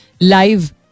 live